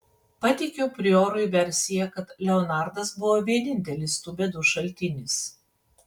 pateikiau priorui versiją kad leonardas buvo vienintelis tų bėdų šaltinis